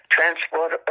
Transport